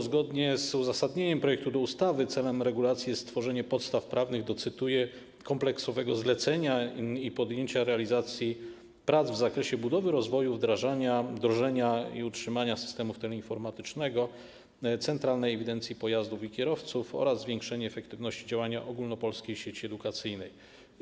Zgodnie z uzasadnieniem projektu ustawy ceną regulacji jest stworzenie podstaw prawnych do, cytuję, kompleksowego zlecenia i podjęcia realizacji prac w zakresie budowy, rozwoju, wdrożenia i utrzymania systemu teleinformatycznego Centralnej Ewidencji Pojazdów i Kierowców oraz zwiększenie efektywności działania Ogólnopolskiej Sieci Edukacyjnej.